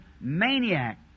maniac